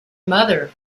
mother